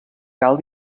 cal